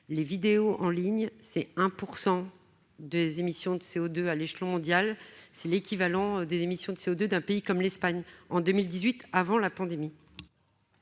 les vidéos en ligne représentaient 1 % des émissions de CO2 à l'échelon mondial, soit l'équivalent des émissions de CO2 d'un pays comme l'Espagne en 2018, avant la pandémie.